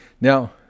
Now